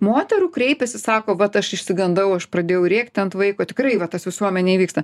moterų kreipiasi sako vat aš išsigandau aš pradėjau rėkti ant vaiko tikrai va tas visuomenėj vyksta